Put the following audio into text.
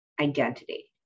identity